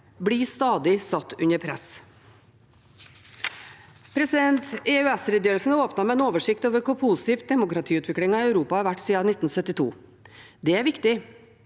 blir stadig satt under press. EØS-redegjørelsen åpnet med en oversikt over hvor positiv demokratiutviklingen i Europa har vært siden 1972. Det er viktig,